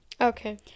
Okay